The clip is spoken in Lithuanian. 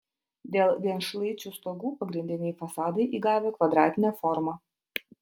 dėl vienšlaičių stogų pagrindiniai fasadai įgavę kvadratinę formą